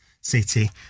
City